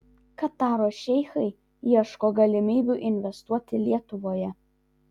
kataro šeichai ieško galimybių investuoti lietuvoje